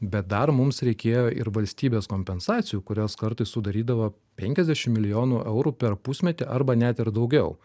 bet dar mums reikėjo ir valstybės kompensacijų kurias kartais sudarydavo penkiasdešim milijonų eurų per pusmetį arba net ir daugiau